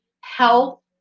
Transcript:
health